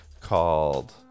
called